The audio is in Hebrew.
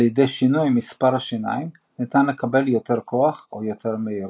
על ידי שינוי מספר השיניים ניתן לקבל יותר כוח או יותר מהירות.